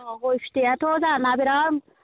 अ गय फिथाइआथ' जोंहाना बेराद